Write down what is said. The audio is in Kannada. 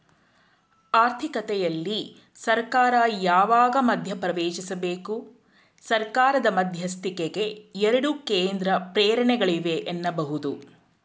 ಆರ್ಥಿಕತೆಯಲ್ಲಿ ಸರ್ಕಾರ ಯಾವಾಗ ಮಧ್ಯಪ್ರವೇಶಿಸಬೇಕು? ಸರ್ಕಾರದ ಮಧ್ಯಸ್ಥಿಕೆಗೆ ಎರಡು ಕೇಂದ್ರ ಪ್ರೇರಣೆಗಳಿವೆ ಎನ್ನಬಹುದು